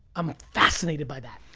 i'm fascinated by that.